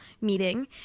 meeting